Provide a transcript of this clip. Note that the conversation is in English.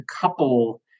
couple